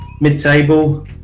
Mid-table